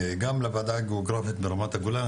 גם לוועדה הגיאוגרפית מרמת הגולן,